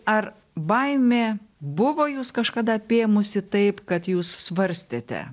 ar baimė buvo jus kažkada apėmusi taip kad jūs svarstėte